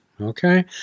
okay